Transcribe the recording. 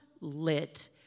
lit